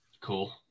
Cool